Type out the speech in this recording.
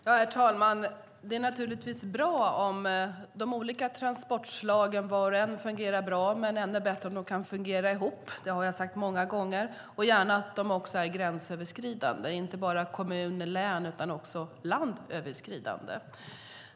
Herr talman! Det är naturligtvis bra om de olika transportslagen fungerar bra var och en, men det är ännu bättre om de kan fungera ihop. Det har jag sagt många gånger. De ska gärna också vara gränsöverskridande, inte bara över kommun och länsgränser utan även över landsgränser.